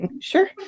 Sure